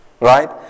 right